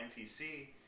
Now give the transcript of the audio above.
NPC